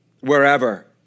wherever